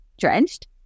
drenched